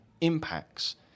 impacts